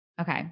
Okay